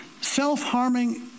Self-harming